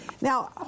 Now